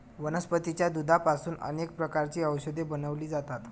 वनस्पतीच्या दुधापासून अनेक प्रकारची औषधे बनवली जातात